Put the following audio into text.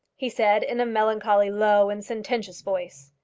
he said in a melancholy, low, and sententious voice.